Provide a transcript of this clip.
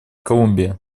колумбия